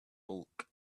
bulk